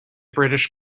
british